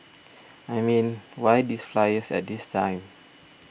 I mean why these flyers at this time